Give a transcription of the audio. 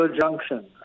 junction